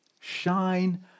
Shine